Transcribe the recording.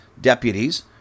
deputies